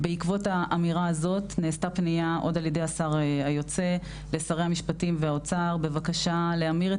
נעשתה פניה עוד ע"י השר היוצא לשרי המשפטים והאוצר בבקשה להמיר את